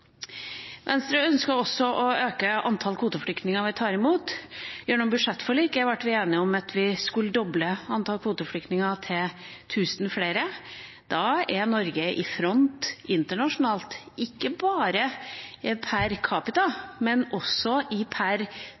Venstre ønsker også å øke antall kvoteflyktninger vi tar imot. Gjennom budsjettforliket ble vi enige om at vi skulle doble antall kvoteflyktninger, til 1 000 flere. Da er Norge i front internasjonalt, ikke bare per capita, men også per